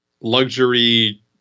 luxury